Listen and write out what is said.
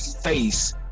face